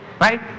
Right